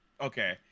Okay